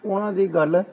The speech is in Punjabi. ਉਹਨਾਂ ਦੀ ਗੱਲ